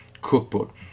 Cookbook